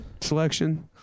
selection